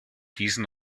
diesen